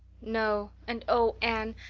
no and oh, anne,